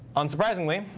unsurprisingly,